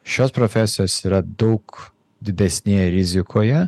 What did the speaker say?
šios profesijos yra daug didesnėje rizikoje